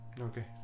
Okay